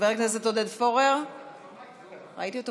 חבר הכנסת עודד פורר,